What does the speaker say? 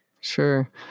Sure